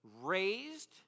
raised